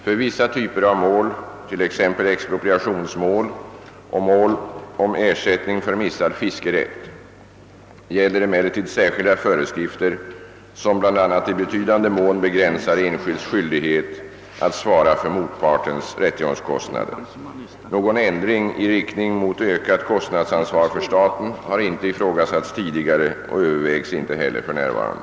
För vissa typer av mål, t.ex. expropriationsmål och mål om ersättning för mistad fiskerätt, gäller emellertid särskilda föreskrifter, som bl.a. i betydande mån begränsar enskilds skyldighet att svara för motpartens rättegångskostnader. Någon ändring i riktning mot ökat kostnadsansvar för staten har inte ifrågasatts tidigare och övervägs inte heller för närvarande.